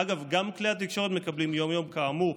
אגב, גם כלי התקשורת מקבלים, יום-יום, כאמור,